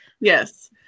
Yes